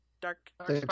Dark